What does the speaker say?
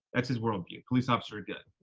that's his worldview. police officers are good.